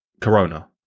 corona